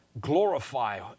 glorify